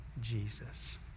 Jesus